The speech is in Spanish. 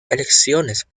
elecciones